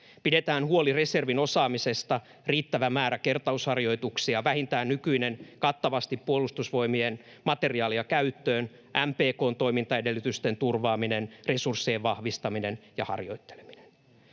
Pidetään huoli reservin osaamisesta: riittävä määrä kertausharjoituksia — vähintään nykyinen, kattavasti puolustusvoimien materiaalia käyttöön — MPK:n toimintaedellytysten turvaaminen, resurssien vahvistaminen ja harjoitteleminen.